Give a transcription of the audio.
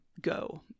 go